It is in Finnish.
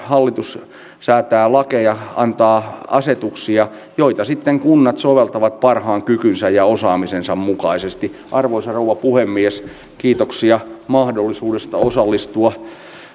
ja hallitus säätävät lakeja antavat asetuksia joita sitten kunnat soveltavat parhaan kykynsä ja osaamisensa mukaisesti arvoisa rouva puhemies kiitoksia mahdollisuudesta osallistua